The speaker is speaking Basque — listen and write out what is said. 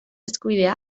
eskubidea